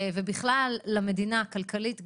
ובכלל למדינה כלכלית,